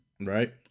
right